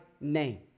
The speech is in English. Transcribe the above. name